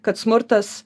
kad smurtas